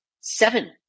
seven